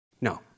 No